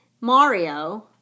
Mario